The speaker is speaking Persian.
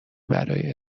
برای